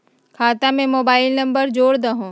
खाता में mobile number जोड़ दहु?